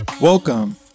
Welcome